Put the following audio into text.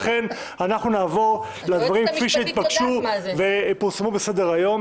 לכן אנחנו נעבור לדברים כפי שהתבקשו ופורסמו בסדר היום